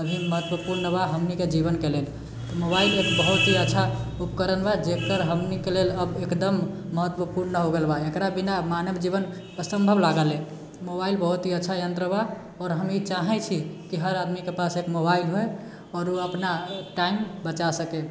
महत्वपूर्ण बा हमनिके जीवनके लेल तऽ मोबाइल एक बहुत ही अच्छा उपकरण बा जेकर हमनिके लेल अब एकदम महत्वपूर्ण हो गेल बा एकर बिना मानव जीवन असम्भव लागल है मोबाइल बहुत ही अच्छा यन्त्र बा आओर हम ई चाहैत छी कि हर आदमीके पास एक मोबाइल हुए आओर ओ अपना टाइम बचा सकए